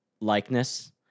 likeness